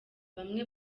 bamwe